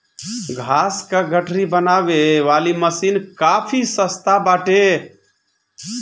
घास कअ गठरी बनावे वाली मशीन काफी सस्ता बाटे